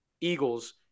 Eagles